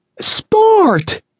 Sport